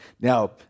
Now